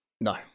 No